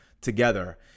together